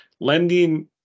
Lending